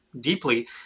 deeply